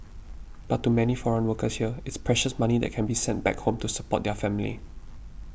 but to many foreign workers here it's precious money that can be sent back home to support their family